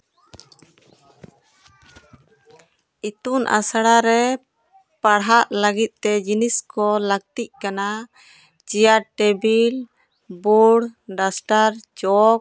ᱤᱛᱩᱱᱟᱥᱲᱟ ᱨᱮ ᱯᱟᱲᱦᱟᱜ ᱞᱟᱹᱜᱤᱫ ᱛᱮ ᱡᱤᱱᱤᱥ ᱠᱚ ᱞᱟᱹᱠᱛᱤᱜ ᱠᱟᱱᱟ ᱪᱮᱭᱟᱨ ᱴᱮᱵᱤᱞ ᱵᱳᱲ ᱰᱟᱥᱴᱟᱨ ᱪᱚᱠ